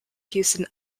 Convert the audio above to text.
houston